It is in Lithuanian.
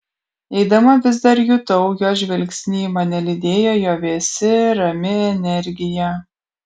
eidama vis dar jutau jo žvilgsnį mane lydėjo jo vėsi rami energija